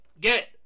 get